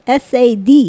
SAD